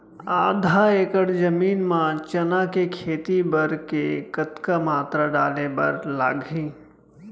आधा एकड़ जमीन मा चना के खेती बर के कतका मात्रा डाले बर लागही?